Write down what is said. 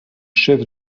chef